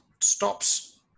stops